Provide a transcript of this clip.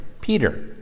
Peter